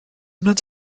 nad